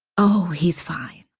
oh, he's fine,